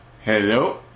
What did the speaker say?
Hello